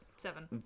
Seven